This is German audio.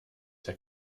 der